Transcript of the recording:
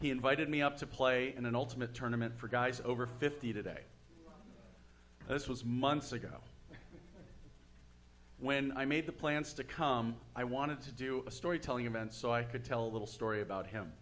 he invited me up to play in an ultimate tournament for guys over fifty today this was months ago when i made the plans to come i wanted to do storytelling and so i could tell a little story about him